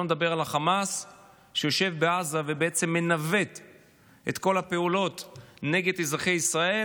נדבר על החמאס שיושב בעזה ובעצם מנווט את כל הפעולות נגד אזרחי ישראל,